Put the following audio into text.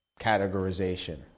categorization